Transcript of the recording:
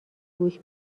گوش